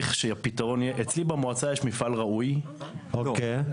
אצלי במועצה יש מפעל ראוי כללי.